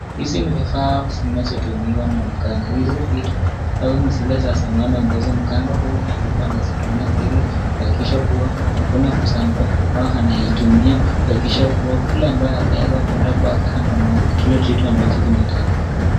Hizi ni vifaa zinazotumiwa na mganga. Hizi vitu au ni zile za zamani ambazo mganga huwa alikuwa anazitumia ili kuhakikisha kuwa hakuna kusambaa, au anazitumia kuhakikisha kuwa yule ambaye ataweza kwenda kwake anamwambia kile kitu ambacho kimetendeka.